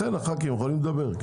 לכן חברי הכנסת יכולים לדבר.